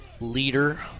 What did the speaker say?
leader